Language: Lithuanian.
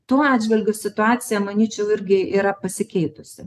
tuo atžvilgiu situacija manyčiau irgi yra pasikeitusi